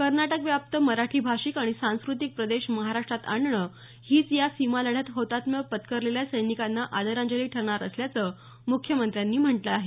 कर्नाटकव्याप्त मराठी भाषिक आणि सांस्कृतिक प्रदेश महाराष्ट्रात आणणं हीच या सीमा लढ्यात हौतात्म्य पत्करलेल्या सैनिकांना आदरांजली ठरणार असल्याचं मुख्यमंत्र्यांनी म्हटलं आहे